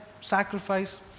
sacrifice